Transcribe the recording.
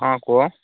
ହଁ କୁହ